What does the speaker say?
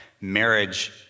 marriage